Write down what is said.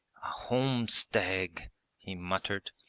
a homed stag he muttered,